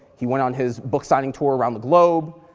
he went on his book signing tour around the globe.